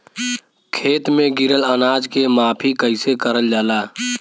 खेत में गिरल अनाज के माफ़ी कईसे करल जाला?